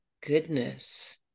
Goodness